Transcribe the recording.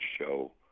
show